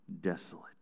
desolate